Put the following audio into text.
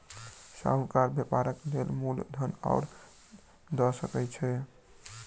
साहूकार व्यापारक लेल मूल धन दअ सकै छै